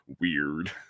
Weird